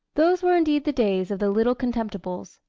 those were indeed the days of the little contemptibles,